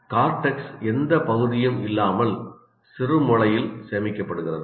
cortex எந்த பகுதியும் இல்லாமல் சிறுமூளையில் சேமிக்கப்படுகிறது